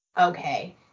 Okay